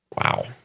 Wow